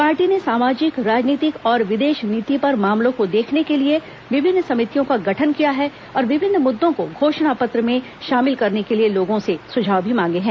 party ने सामाजिक राजनीतिक और विदेश नीति पर मामलों को देखने के लिए विभिन्न समितियों का गठन किया है और विभिन्न मुद्दों को घोषणा पत्र पर शामिल करने के लिए लोगों से सुझाव भी मांगे हैं